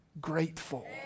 grateful